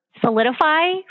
solidify